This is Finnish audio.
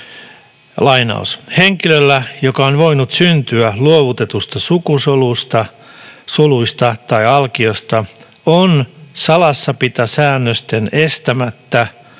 ”Henkilöllä, joka on voinut syntyä luovutetusta sukusolusta tai alkiosta, on salassapitosäännösten estämättä